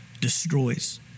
destroys